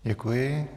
Děkuji.